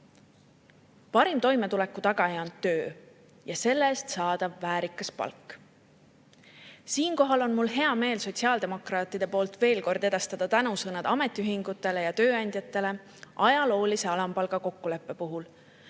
Parim toimetuleku tagaja on töö ja selle eest saadav väärikas palk. Siinkohal on mul hea meel sotsiaaldemokraatide nimel veel kord edastada tänusõnad ametiühingutele ja tööandjatele ajaloolise alampalgakokkuleppe eest,